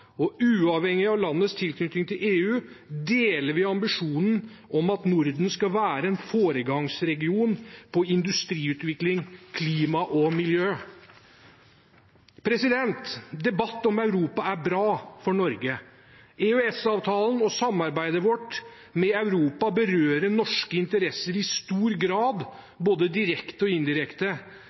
og uavhengig av landets tilknytning til EU deler vi ambisjonen om at Norden skal være en foregangsregion når det gjelder industriutvikling, klima og miljø. Debatt om Europa er bra for Norge. EØS-avtalen og samarbeidet vårt med Europa berører norske interesser i stor grad både direkte og indirekte.